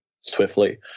swiftly